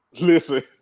Listen